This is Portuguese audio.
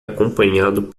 acompanhado